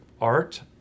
art